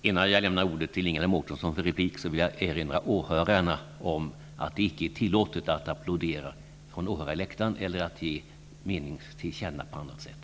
Innan jag lämnar ordet till Ingela Mårtensson för replik vill jag erinra åhörarna om att det icke är tillåtet att applådera från åhörarläktaren eller att ge mening till känna på annat sätt.